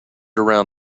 around